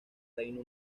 reino